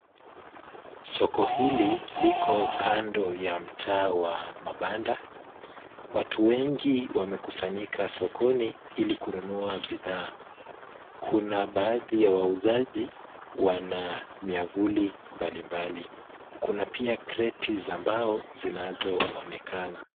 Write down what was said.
Soko hili liko kando ya mtaa wa mabanda. Watu wengi wamekusanyika sokoni ili kununua bidhaa. Kuna baadhi ya wauzaji wana miavuli mbali mbali. Kuna pia kreti za mbao zinazoonekana.